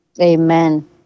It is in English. Amen